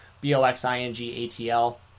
B-O-X-I-N-G-A-T-L